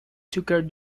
tucker